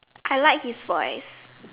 I like his voice